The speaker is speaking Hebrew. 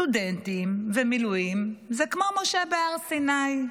סטודנטים ומילואים זה כמו משה בהר סיני,